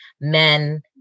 men